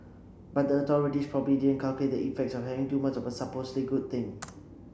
but the authorities probably didn't calculate the effects of having too much of a supposedly good thing